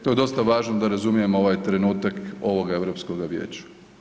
To je dosta važno da razumijemo ovaj trenutak ovoga Europskoga vijeća.